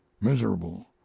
miserable